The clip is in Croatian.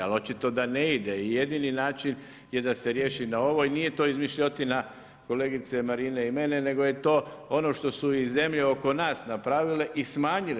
Ali, očito da ne ide, i jedini način da se riješi na ovo i nije to izmišljotina kolegice Marine i mene, nego je to i ono što su zemlje oko nas napravile i smanjile.